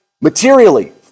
materially